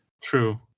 True